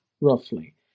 roughly